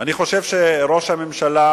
אני חושב שראש הממשלה,